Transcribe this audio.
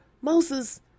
Moses